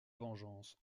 vengeance